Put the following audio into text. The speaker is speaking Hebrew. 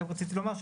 רציתי לומר,